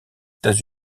états